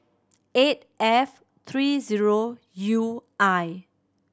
eight F three zero U I